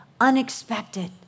Unexpected